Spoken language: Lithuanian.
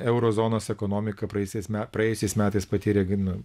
euro zonos ekonomika praėjusiais me praėjusiais metais patyrė nu